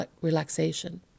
relaxation